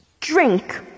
drink